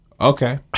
Okay